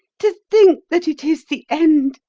to think that it is the end!